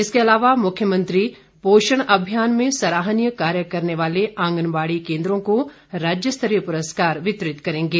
इसके अलावा मुख्यमंत्री पोषण अभियान में सराहनीय कार्य करने वाले आंगनवाड़ी केन्द्रों को राज्य स्तरीय पुरस्कार वितरित करेंगे